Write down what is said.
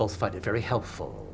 will find it very helpful